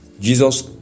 Jesus